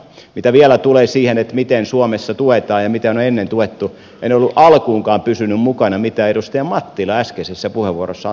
mitä vielä tulee siihen miten suomessa tuetaan ja miten on ennen tuettu en alkuunkaan pysynyt mukana mitä edustaja mattila äskeisessä puheenvuorossaan tarkoitti